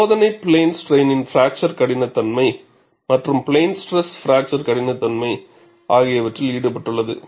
சோதனை plane strain fracture கடினத்தன்மை மற்றும் பிளேன் ஸ்ட்ரெஸ் பிராக்சர் கடினத்தன்மை ஆகியவற்றில் ஈடுபட்டுள்ளது